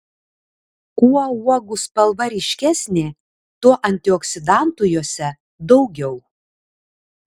kuo uogų spalva ryškesnė tuo antioksidantų jose daugiau